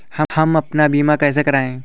हम अपना बीमा कैसे कराए?